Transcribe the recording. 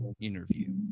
interview